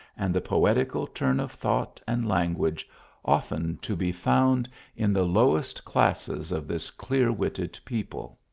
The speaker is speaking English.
and the poetical turn of thought and language often to be found in the lowest classes of this clear-witted people.